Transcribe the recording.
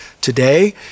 today